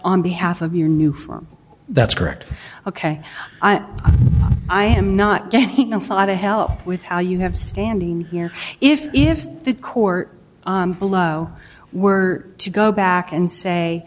on behalf of your new firm that's correct ok i am not getting a lot of help with how you have standing here if if the court below were to go back and say